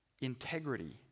integrity